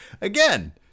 Again